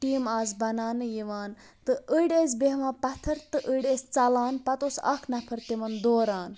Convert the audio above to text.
ٹیٖمہٕ آسہٕ بَناونہٕ یِوان تہٕ أڑۍ ٲسۍ بیٚہوان پَتھَر تہٕ أڑۍ ٲسۍ ژَلان پَتہٕ اوس اَکھ نَفَر تِمَن دواران